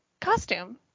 costume